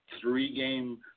three-game